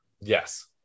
Yes